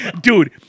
Dude